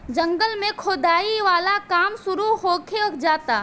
जंगल में खोदाई वाला काम शुरू होखे जाता